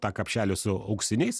tą kapšelį su auksiniais